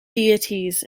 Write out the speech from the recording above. deities